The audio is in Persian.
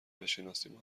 بشناسیم